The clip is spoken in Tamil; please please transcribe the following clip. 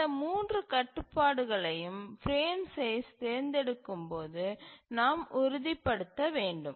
இந்த மூன்று கட்டுப்பாடுகளையும் பிரேம் சைஸ் தேர்ந்தெடுக்கும் போது நாம் உறுதிப்படுத்த வேண்டும்